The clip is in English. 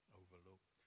overlooked